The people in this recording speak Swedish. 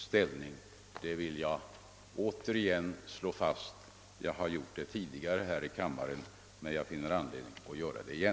Jag har tidigare slagit fast detta här i kammaren, men jag finner anledning att göra det igen.